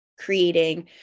creating